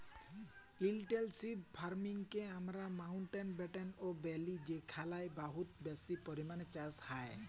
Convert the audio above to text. intensive farming কে আমরা মাউল্টব্যাটেল ও ব্যলি যেখালে বহুত বেশি পরিমালে চাষ হ্যয়